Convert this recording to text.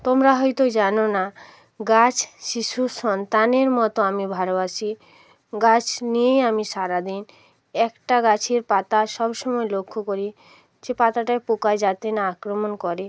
তোমরা হয়তো জানো না গাছ শিশু সন্তানের মতো আমি ভালোবাসি গাছ নিয়েই আমি সারা দিন একটা গাছের পাতা সব সময় লক্ষ্য করি যে পাতাটায় পোকা যাতে না আক্রমণ করে